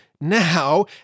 now